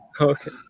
Okay